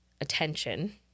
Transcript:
attention